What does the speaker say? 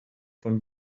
von